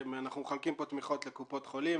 אנחנו מחלקים כאן תמיכות לקופות חולים,